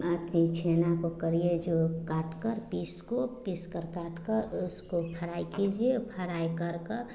अपनी छेना को करिए जो काटकर पीस को पीसकर काटकर उसको फराई कीजिए फराई कर कर